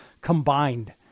combined